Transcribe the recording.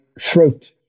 throat